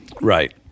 Right